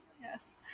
Yes